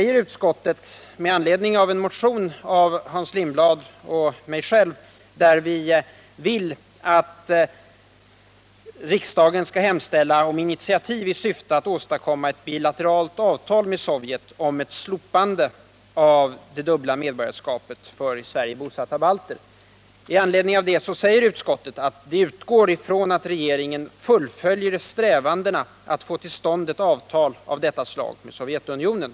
I utskottsbetänkandet behandlas en motion av Hans Lindblad och mig där vi yrkar att riksdagen hos regeringen skall hemställa om initiativ i syfte att åstadkomma ett bilateralt avtal med Sovjet om ett slopande av det dubbla medborgarskapet för i Sverige bosatta balter. Med anledning av detta säger utskottet att det utgår ifrån att regeringen fullföljer strävandena att få till stånd ett avtal av detta slag med Sovjetunionen.